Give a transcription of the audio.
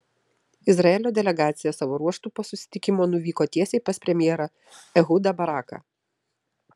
izraelio delegacija savo ruožtu po susitikimo nuvyko tiesiai pas premjerą ehudą baraką